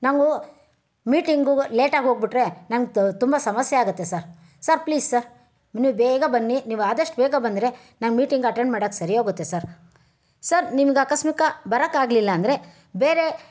ನಾವು ಮೀಟಿಂಗು ಲೇಟಾಗಿ ಹೋಗ್ಬಿಟ್ರೆ ನಂಗೆ ತುಂಬ ಸಮಸ್ಯೆಯಾಗತ್ತೆ ಸರ್ ಸರ್ ಪ್ಲೀಸ್ ಸರ್ ನೀವು ಬೇಗ ಬನ್ನಿ ನೀವಾದಷ್ಟು ಬೇಗ ಬಂದರೆ ನಾನು ಮೀಟಿಂಗ್ ಅಟೆಂಡ್ ಮಾಡಕ್ಕೆ ಸರಿ ಹೋಗುತ್ತೆ ಸರ್ ಸರ್ ನಿಮ್ಗೆ ಅಕಸ್ಮಿಕ ಬರಕ್ಕಾಗ್ಲಿಲ್ಲ ಅಂದರೆ ಬೇರೆ